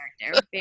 character